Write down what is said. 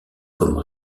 comme